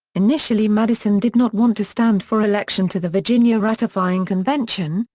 initially madison did not want to stand for election to the virginia ratifying convention,